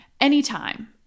anytime